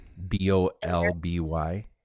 B-O-L-B-Y